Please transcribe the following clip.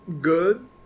Good